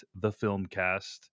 thefilmcast